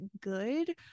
good